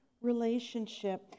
relationship